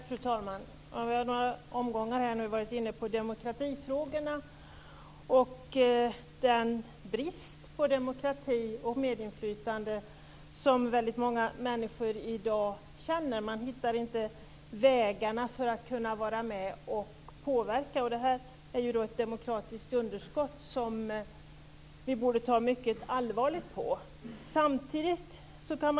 Fru talman! Vi har i några omgångar nu varit inne på demokratifrågorna och den brist på demokrati och medinflytande som väldigt många människor i dag känner att det är. Man hittar inte vägarna för att kunna vara med och påverka. Det här är ju då ett demokratiskt underskott som vi borde ta mycket allvarligt på.